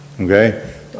okay